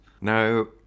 Now